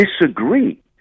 disagree